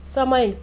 समय